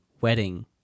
wedding